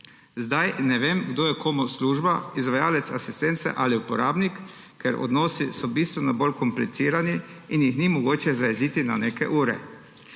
teden. Ne vem, kdo je komu služba, izvajalec asistence ali uporabnik, ker odnosi so bistveno bolj komplicirani in jih ni mogoče zajeziti na neke ure.